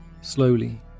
slowly